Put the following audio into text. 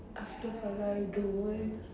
after that why do eh